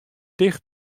ticht